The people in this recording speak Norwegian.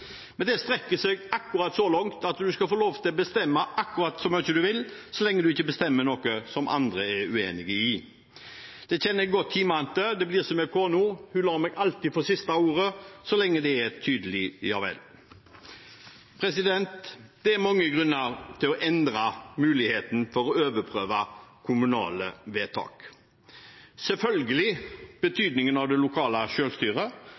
Men det strekker seg akkurat så langt at man skal få bestemme akkurat så mye man vil, så lenge man ikke bestemmer noe som andre er uenig i. Det kjenner jeg godt til hjemmefra. Det blir som med kona. Hun lar meg alltid få det siste ordet så lenge det er et tydelig «ja vel». Det er mange grunner til å endre muligheten til å overprøve kommunale vedtak – selvfølgelig betydningen av det lokale